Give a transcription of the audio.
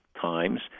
times